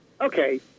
Okay